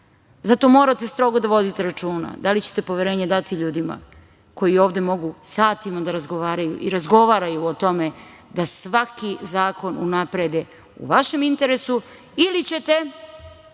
morate strogo da vodite računa da li ćete poverenje dati ljudima koji ovde mogu satima da razgovaraju i razgovaraju o tome da svaki zakon unaprede u vašem interesu ili ćete